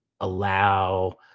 allow